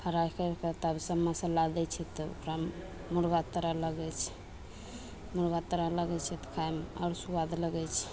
fry करि कऽ तब सब मसल्ला दै छियै तब ओकरामे मुर्गा तरऽ लगय छै मुर्गा तरऽ लगय छै तऽ खाइमे आओर स्वाद लगय छै